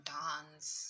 dance